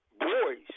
boys